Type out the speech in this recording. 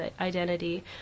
identity